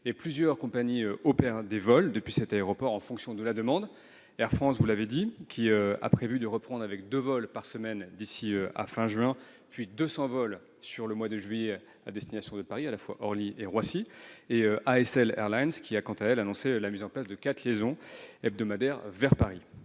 plusieurs compagnies opèrent des vols depuis cet aéroport en fonction de la demande : Air France, vous l'avez dit, qui a prévu de programmer deux vols par semaine d'ici à la fin du mois, puis deux cents vols au mois de juillet à destination des aéroports Paris-Orly et de Paris-Roissy ; ASL Airlines, quant à elle, a annoncé la mise en place de quatre liaisons hebdomadaires vers Paris.